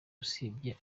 usibye